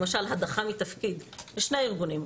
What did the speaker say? למשל הדחה מתפקיד בשני הארגונים,